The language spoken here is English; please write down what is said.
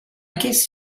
guess